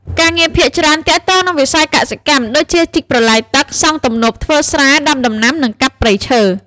ការងារភាគច្រើនទាក់ទងនឹងវិស័យកសិកម្ម ដូចជា ជីកប្រឡាយទឹក សង់ទំនប់ ធ្វើស្រែ ដាំដំណាំ និង កាប់ព្រៃឈើ។